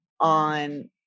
on